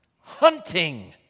Hunting